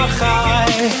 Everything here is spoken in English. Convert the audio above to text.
high